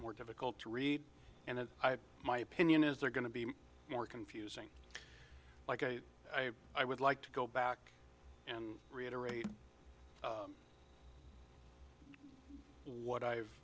more difficult to read and i have my opinion is they're going to be more confusing like i i would like to go back and reiterate what i've